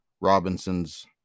Robinson's